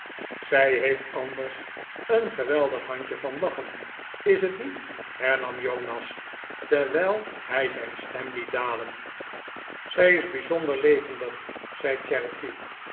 zij heeft anders een geweldig handje van lachen is t niet hernam jonas terwijl hij zijn stem liet dalen zij is bijzonder levendig zei